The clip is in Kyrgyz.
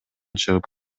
чыгып